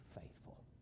faithful